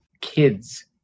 Kids